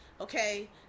okay